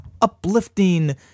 uplifting